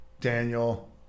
Daniel